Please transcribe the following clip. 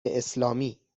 اسلامی